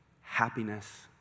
happiness